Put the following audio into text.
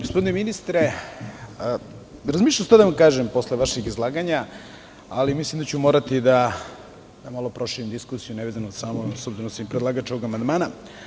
Gospodine ministre, razmišljao sam to da vam kažem posle vašeg izlaganja ali mislim da ću morati da malo proširim diskusiju, nevezano samo, s obzirom da sam i predlagač ovog amandmana.